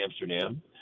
Amsterdam